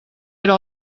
era